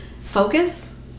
focus